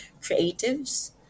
creatives